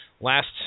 Last